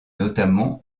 notamment